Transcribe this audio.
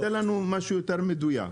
תן לנו משהו יותר מדויק.